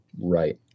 Right